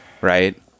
right